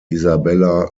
isabella